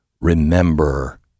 Remember